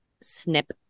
snip